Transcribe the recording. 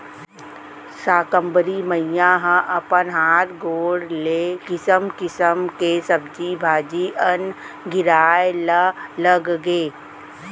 साकंबरी मईया ह अपन हात गोड़ ले किसम किसम के सब्जी भाजी, अन्न गिराए ल लगगे